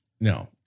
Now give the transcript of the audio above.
No